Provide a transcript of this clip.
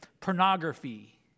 pornography